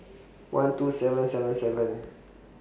one two seven seven seven